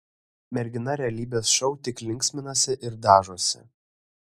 mergina realybės šou tik linksminasi ir dažosi